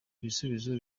ibisubizo